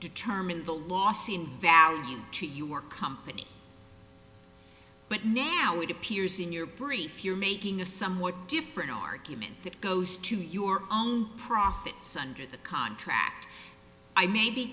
determine the loss in value to your company but now it appears in your brief you're making a somewhat different argument that goes to your own profits under the contract i may be